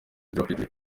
rapidly